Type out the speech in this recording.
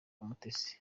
umutesi